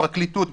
הפרקליטות,